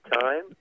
time